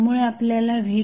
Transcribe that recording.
त्यामुळे आपल्याला vtest0